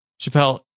Chappelle